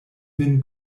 vin